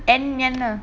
என்ன என்ன:enna enna